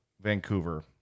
Vancouver